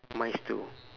mine is two